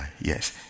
Yes